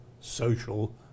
social